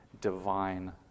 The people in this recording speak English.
divine